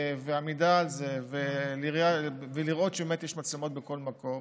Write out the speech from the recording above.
ועמידה על זה, לראות שבאמת יש מצלמות בכל מקום,